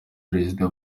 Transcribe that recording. perezida